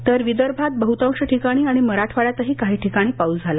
तर विदर्भात बहुतांश ठिकाणी आणि मराठवाङ्यातही काही ठिकाणी पाऊस झाला